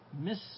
miss